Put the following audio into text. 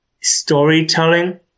storytelling